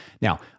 Now